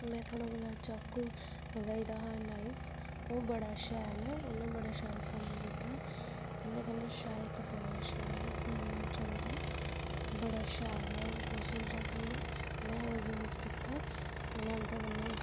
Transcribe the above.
में थुआढ़े कोला चाकु मंगवाए दा हा नाईफ ओह् बड़ा शैल ऐ उन्नै बड़ा शैल कम्म कीता ओह्दै कन्नै शैल कटोंदा शैल पैना चलदा बड़ा शैल ऐ ओह् में रोज़ ओह्दै कन्नै